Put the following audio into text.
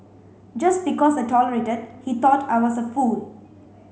just because I tolerated he thought I was a fool